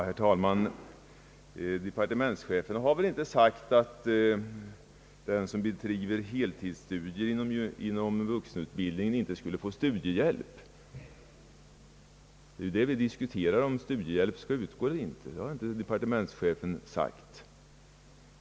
Herr talman! Departementschefen har väl inte sagt att den som bedriver heltidsstudier inom vuxenutbildningen inte skall få studiehjälp. Vi diskuterar om studiehjälp skall utgå eller inte.